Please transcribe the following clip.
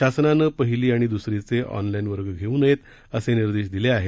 शासनानं पहिली आणि दुसरीचे ऑनलाईन वर्ग घेऊ नयेत असे निर्देश दिले आहेत